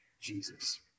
Jesus